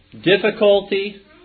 difficulty